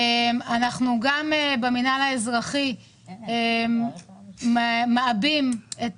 גם במינהל האזרחי אנחנו מעבים את